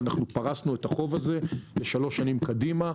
ופרסנו את החוב הזה לשלוש שנים קדימה.